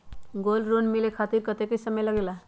Gold ऋण मिले खातीर कतेइक समय लगेला?